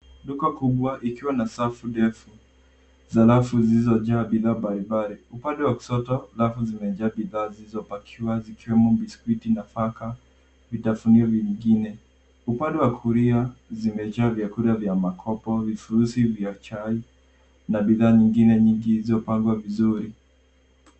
Duka kubwa ikiwa na safu ndefu za rafu zilizojaa bidhaa mbalimbali. Upande wa kushoto rafu zimejaa bidhaa zilizopakiwa zikiwemo biskuti, nafaka, vitafunio vingine. Upande wa kulia zimejaa vyakula vya makopo, vifurushi vya chai na bidhaa nyingine nyingi zilizopangwa vizuri.